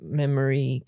memory